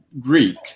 Greek